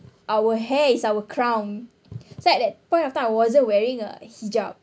our hair is our crown so at that point of time I wasn't wearing a hijab